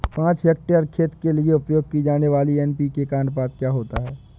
पाँच हेक्टेयर खेत के लिए उपयोग की जाने वाली एन.पी.के का अनुपात क्या होता है?